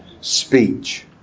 Speech